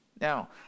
Now